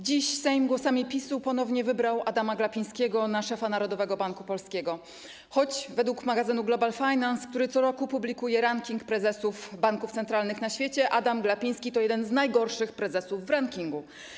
Dziś Sejm głosami PiS-u ponownie wybrał Adama Glapińskiego na szefa Narodowego Banku Polskiego, choć według magazynu ˝Global Finance˝, który co roku publikuje ranking prezesów banków centralnych na świecie, Adam Glapiński to jeden z najgorszych prezesów w rankingu.